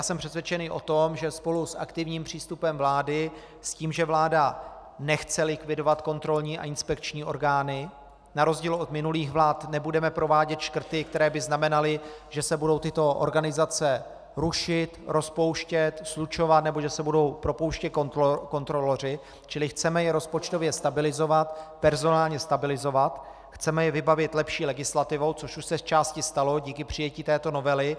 Jsem přesvědčený o tom, že spolu s aktivním přístupem vlády, s tím, že vláda nechce likvidovat kontrolní a inspekční orgány, na rozdíl od minulých vlád nebudeme provádět škrty, které by znamenaly, že se budou tyto organizace rušit, rozpouštět, slučovat nebo že se budou propouštět kontroloři, čili chceme je rozpočtově stabilizovat, personálně stabilizovat, chceme je vybavit lepší legislativou, což už se zčásti stalo díky přijetí této novely.